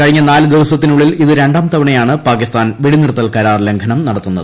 കഴിഞ്ഞ നാലു ദിവസത്തിനുള്ളിൽ ഇത് രണ്ടാം തവണയാണ് പാകിസ്ഥാൻ വെടിനിർത്തൽ കരാർ ലംഘനം നടത്തുന്നത്